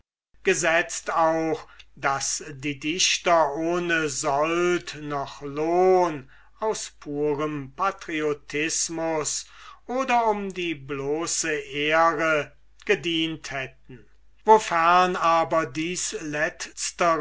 gesetzt auch daß die dichter ohne sold noch lohn aus purem patriotismus oder um die bloße ehre gedient hätten wofern aber dies letztere